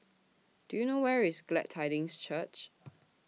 Do YOU know Where IS Glad Tidings Church